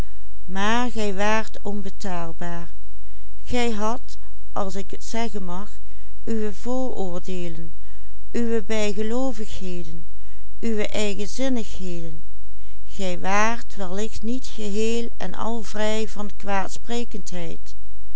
vooroordeelen uwe bijgeloovigheden uwe eigenzinnigheden gij waart wellicht niet geheel en al vrij van